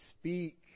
speak